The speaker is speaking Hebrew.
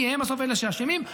כי בסוף הם האשמים,